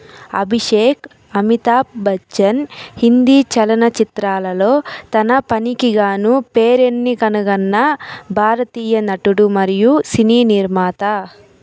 అభిషేక్ అమితాభ్ బచ్చన్ హిందీ చలనచిత్రాలలో తన పనికిగాను పేరెన్నికనగన్న భారతీయ నటుడు మరియు సినీ నిర్మాత